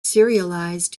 serialized